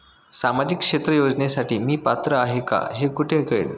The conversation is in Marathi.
सामाजिक क्षेत्र योजनेसाठी मी पात्र आहे का हे कुठे कळेल?